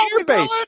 airbase